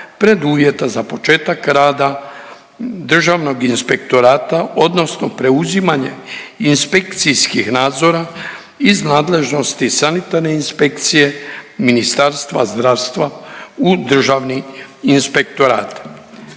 preduvjeta za početak rada Državnog inspektorata odnosno preuzimanje inspekcijskih nadzora iz nadležnosti sanitarne inspekcije Ministarstva zdravstva u Državni inspektorat.